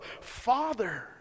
Father